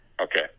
Okay